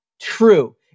true